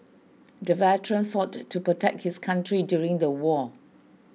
the veteran fought to protect his country during the war